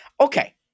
okay